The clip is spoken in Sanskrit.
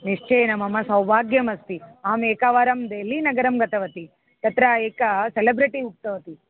निश्चयेन मम सौभाग्यमस्ति अहमेकवारं देल्लीनगरं गतवती तत्र एका सेलिब्रिटि उक्तवती